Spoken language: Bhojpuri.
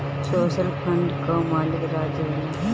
सोशल फंड कअ मालिक राज्य होला